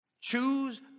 Choose